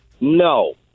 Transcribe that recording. No